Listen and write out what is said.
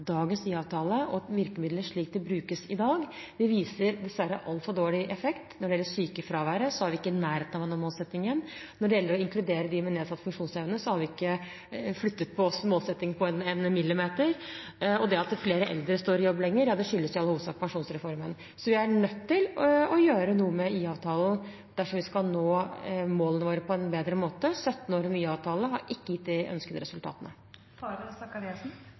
Dagens IA-avtale og virkemidlene – slik de brukes i dag – viser dessverre altfor dårlig effekt. Når det gjelder sykefraværet, er vi ikke i nærheten av å nå målsettingen. Når det gjelder å inkludere dem med nedsatt funksjonsevne, har vi ikke flyttet målsettingen én millimeter. At flere eldre står lengre i jobb, skyldes i all hovedsak pensjonsreformen. Vi er nødt til å gjøre noe med IA-avtalen dersom vi skal nå målene våre på en bedre måte. 17 år med IA-avtale har ikke gitt de ønskede